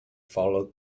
followed